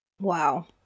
Wow